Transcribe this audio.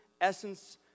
essence